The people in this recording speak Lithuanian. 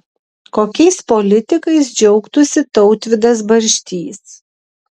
kokiais politikais džiaugtųsi tautvydas barštys